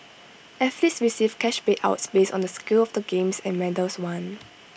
athletes receive cash payouts based on the scale of the games and medals won